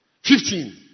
Fifteen